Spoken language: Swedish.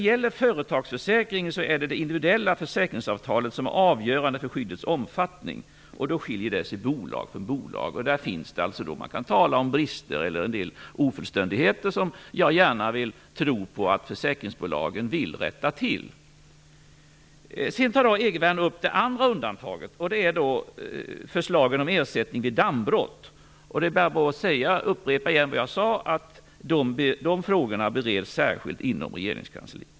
I företagsförsäkringar är det dock det individuella försäkringsavtalet som är avgörande för skyddets omfattning. Det skiljer sig från bolag till bolag. Där kan man tala om brister eller en del ofullständigheter, som jag gärna vill tro att försäkringsbolagen vill rätta till. Erik Arthur Egervärn tar upp det andra undantaget. Det är förslaget om ersättning vid dammbrott. Jag vill upprepa att de frågorna bereds särskilt inom regeringskansliet.